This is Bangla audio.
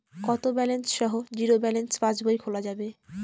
কত ব্যালেন্স সহ জিরো ব্যালেন্স পাসবই খোলা যাবে?